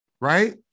right